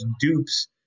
dupes